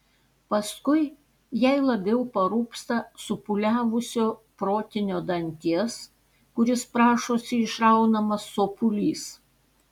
paskui jai labiau parūpsta supūliavusio protinio danties kuris prašosi išraunamas sopulys